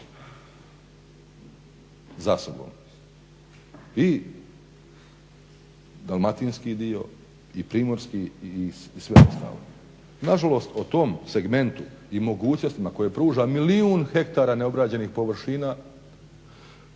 za sobom. I dalmatinski dio i primorski i sve ostalo. Nažalost, o tom segmentu i mogućnostima koje pruža milijun hektara neobrađenih površina